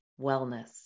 wellness